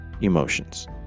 emotions